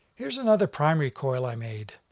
here's another primary coil i made.